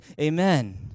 amen